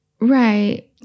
Right